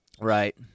right